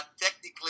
Technically